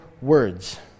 words